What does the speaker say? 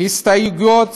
הסתייגויות